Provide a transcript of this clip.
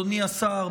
אדוני השר,